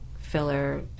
filler